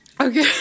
okay